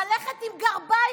ללכת עם גרביים?